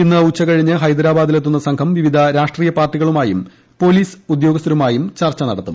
ഇന്ന് ഉച്ചക്കഴിഞ്ഞ് ഹൈദരാബാദിലെത്തുന്ന സംഘം പിവിധ രാഷ്ട്രീയ പാർട്ടികളുമായും പോലീസ് ഉദ്യോഗസ്ഥരുമായും ചർച്ച നടത്തും